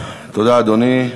תודה, אדוני.